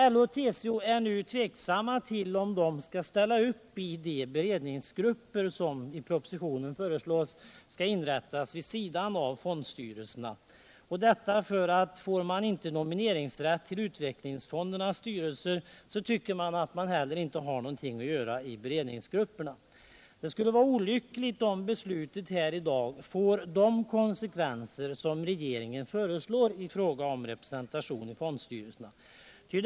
LO och TCO är nu tveksamma till om de skall ställa upp i de beredningsgrupper som i propositionen föreslås skall inrättas vid sidan av fondstyrelserna. Om de inte får nomineringsrätt till utvecklingsfondernas styrelser tycker de att de inte heller har någonting att göra i beredningsgrupperna. Det skulle vara olyckligt om beslutet här i dag får de konsekvenser som regeringens förslag i fråga om representation i fondstyrelserna innebär.